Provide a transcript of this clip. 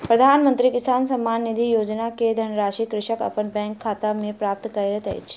प्रधानमंत्री किसान सम्मान निधि योजना के धनराशि कृषक अपन बैंक खाता में प्राप्त करैत अछि